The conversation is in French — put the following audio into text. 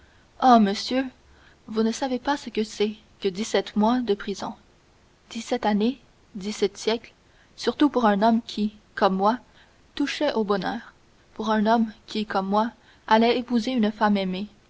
ah monsieur vous ne savez pas ce que c'est que dix-sept mois de prison dix-sept années dix-sept siècles surtout pour un homme qui comme moi touchait au bonheur pour un homme qui comme moi allait épouser une femme aimée